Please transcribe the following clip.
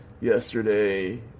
yesterday